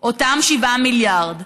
אותם 7 מיליארד,